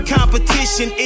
Competition